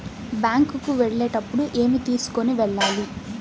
Bank కు వెళ్ళేటప్పుడు ఏమి తీసుకొని వెళ్ళాలి?